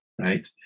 right